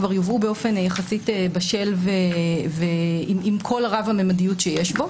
כבר יובאו באופן יחסית בשל ועם כל רב הממדיות שיש בהם.